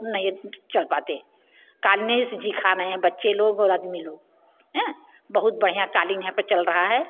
नहीं चल पाते क़ालीन से जी खा रहे हैं बच्चे लोग और आदमी लोग बहुत बढ़िया क़ालीन यहाँ पर चल रहा है